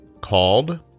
called